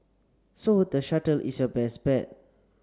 so the shuttle is your best bet